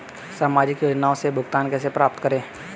सामाजिक योजनाओं से भुगतान कैसे प्राप्त करें?